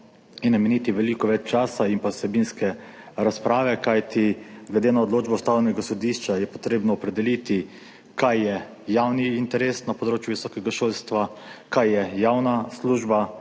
nameniti veliko več časa in pa vsebinske razprave, kajti glede na odločbo Ustavnega sodišča je potrebno opredeliti, kaj je javni interes na področju visokega šolstva, kaj je javna služba,